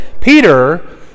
Peter